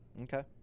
okay